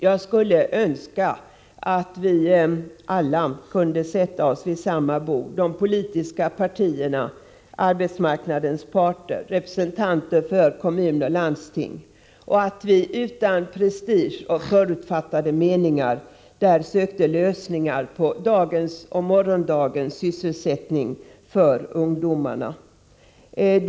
Jag Önskar att vi alla kunde sätta oss vid samma bord — de politiska partierna, arbetsmarknadens parter, representanter för kommuner och landsting — och att vi utan prestige och förutfattade meningar sökte lösningar på dagens och morgondagens sysselsättning för ungdomarna.